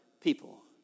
people